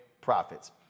profits